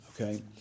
okay